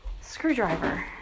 screwdriver